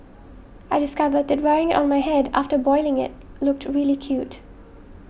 I discovered that wearing it on my head after boiling it looked really cute